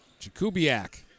Jakubiak